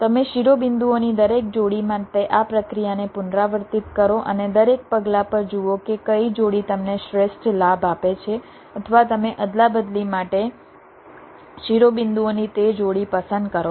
તમે શિરોબિંદુઓની દરેક જોડી માટે આ પ્રક્રિયાને પુનરાવર્તિત કરો અને દરેક પગલા પર જુઓ કે કઈ જોડી તમને શ્રેષ્ઠ લાભ આપે છે અથવા તમે અદલાબદલી માટે શિરોબિંદુઓની તે જોડી પસંદ કરો છો